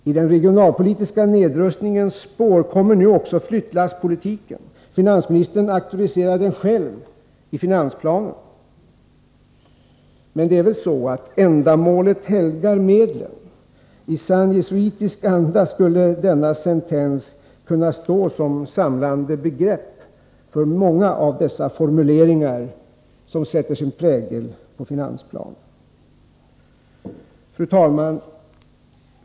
I den regionalpolitiska nedrustningens spår kommer nu också flyttlasspolitiken. Finansministern auktoriserar den själv i finansplanen. Men det är väl så att ändamålet helgar medlen. I sann jesuitisk anda skulle denna sentens kunna stå som samlande begrepp för många av de formuleringar som sätter sin prägel på finansplanen. Fru talman!